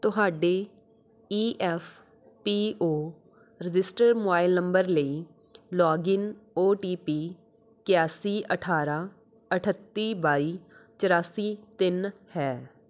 ਤੁਹਾਡੇ E F P O registered mobile number ਲਈ login O T P ਇਕਾਸੀ ਅਠਾਰਾਂ ਅਠੱਤੀ ਬਾਈ ਚੁਰਾਸੀ ਤਿੰਨ ਹੈ